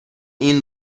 این